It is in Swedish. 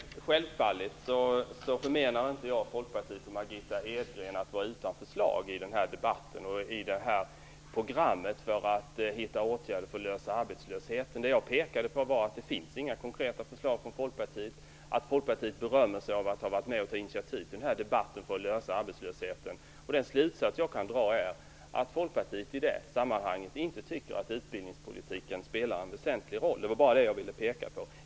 Fru talman! Självfallet förmenar jag inte Folkpartiet och Margitta Edgren att vara utan förslag i den här debatten om programmet för att ta fram åtgärder för att komma till rätta med arbetslösheten. Det jag pekade på var att det inte finns några konkreta förslag från Folkpartiet och att Folkpartiet berömmer sig av att ha varit med att ta initiativ till denna debatt för att lösa problemen med arbetslösheten. Den slutsats som jag kan dra är att Folkpartiet i det sammanhanget inte anser att utbildningspolitiken spelar en väsentlig roll. Det var bara detta som jag ville peka på.